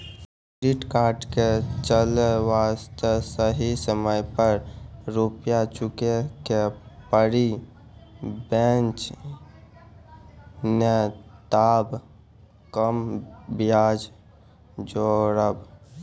Credit card के चले वास्ते सही समय पर रुपिया चुके के पड़ी बेंच ने ताब कम ब्याज जोरब?